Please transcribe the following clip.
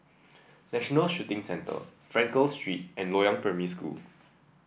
National Shooting Centre Frankel Street and Loyang Primary School